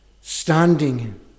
standing